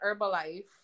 Herbalife